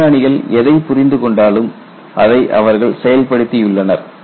விஞ்ஞானிகள் எதைப் புரிந்துகொண்டாலும் அதை அவர்கள் செயல்படுத்தியுள்ளனர்